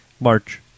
March